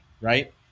right